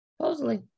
Supposedly